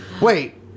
Wait